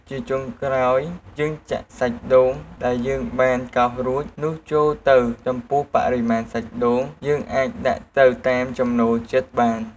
ជាចុងក្រោយ យើងចាក់សាច់ដូងដែលយើងបានកោសរួចនោះចូលទៅ ចំពោះបរិមាណសាច់ដូងយើងអាចដាក់ទៅតាមចំណូលចិត្តបាន។